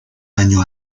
año